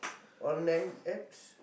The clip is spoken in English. online apps